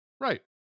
Right